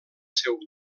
seu